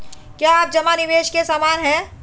क्या जमा निवेश के समान है?